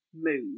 move